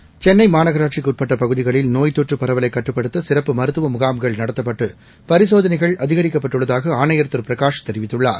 seconds சென்னைமாநனராட்சிக்குஉட்பட்டபகுதிகளில் நோய் தொற்றபரவலைகட்டுப்படுத்தசிறப்பு மருத்துவமுனம்கள் நடத்தப்பட்டு பரிசோதனைகள் அதிகரிக்கப்பட்டுள்ளதாகஆணையர் திருபிரகாஷ் தெரிவித்துள்ளார்